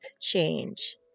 change